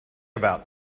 about